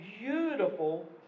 beautiful